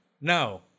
No